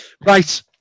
Right